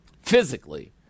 physically